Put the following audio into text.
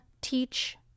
teach